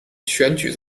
选举